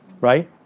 right